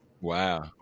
Wow